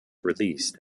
released